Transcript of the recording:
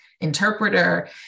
interpreter